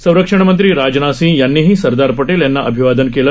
संरक्षणमंत्री राजनाथ सिंग यांनीही सरदार पटेल यांना अभिवादन केलं